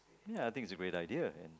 ya I think it's a great idea ya